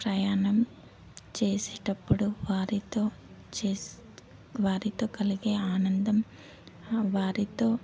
ప్రయాణం చేసేటప్పుడు వారితో చేసే వారితో కలిగే ఆనందం వారితో